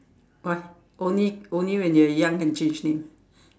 must only only when you are young can change name